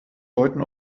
deuten